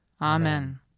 Amen